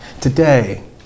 Today